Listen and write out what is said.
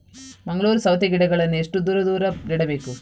ಮಂಗಳೂರು ಸೌತೆ ಗಿಡಗಳನ್ನು ಎಷ್ಟು ದೂರ ದೂರ ನೆಡಬೇಕು?